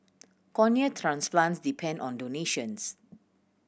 cornea transplants depend on donations